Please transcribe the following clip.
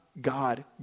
God